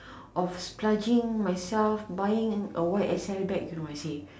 of splurging myself buying a Y_S_L bag you know I say